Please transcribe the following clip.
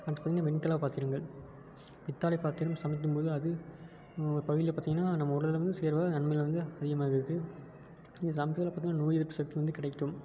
அடுத்து பார்த்தீங்கனா வெண்கல பாத்திரங்கள் பித்தளை பாத்திரம் சமைக்கும் போது அது நம்ப பகுதியில் பார்த்தீங்கனா நம்ப உடல் வந்து சேர்வா நன்மைகள் வந்து அதிகமாகுது இதில் சமைக்கிறதில் பார்த்தீங்கனா நோய் எதிர்ப்பு சக்தி வந்து கிடைக்கும்